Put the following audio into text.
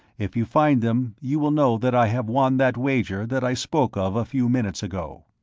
if you find them, you will know that i have won that wager that i spoke of a few minutes ago.